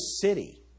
City